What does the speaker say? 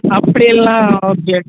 அப்படியெல்லாம் ஓகே